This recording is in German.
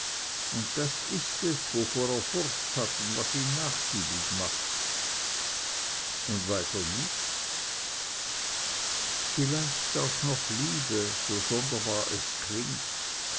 und das ist es wovor er furcht hat und was ihn nachgiebig macht und weiter nichts vielleicht auch noch liebe so sonderbar es klingt